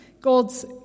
God's